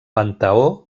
panteó